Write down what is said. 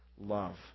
love